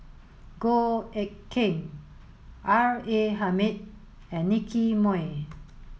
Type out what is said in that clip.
Goh Eck Kheng R A Hamid and Nicky Moey